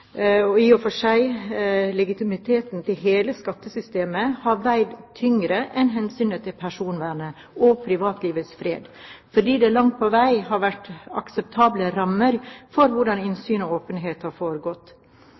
og i og for seg legitimiteten til hele skattesystemet har veid tyngre enn hensynet til personvernet og privatlivets fred, fordi det langt på vei har vært akseptable rammer for hvordan innsyn og åpenhet har foregått.